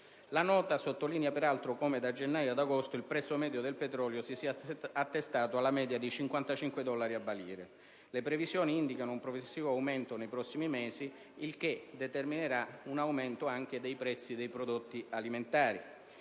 La Nota sottolinea altresì come da gennaio ad agosto il prezzo medio del petrolio si sia attestato alla media di 55 dollari al barile. Le previsioni indicano un progressivo aumento nei prossimi mesi, il che determinerà un aumento anche dei prezzi dei prodotti alimentari.